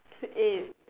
eight